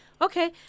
Okay